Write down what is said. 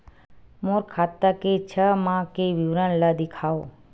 मोर खाता के छः माह के विवरण ल दिखाव?